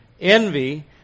envy